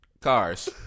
Cars